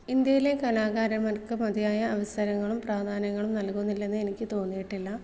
ഇന്ത്യയിലെ കലാകാരന്മാർക്ക് മതിയായ അവസരങ്ങളും പ്രാധാന്യങ്ങളും നൽകുന്നില്ലെന്ന് എനിക്ക് തോന്നിയിട്ടില്ല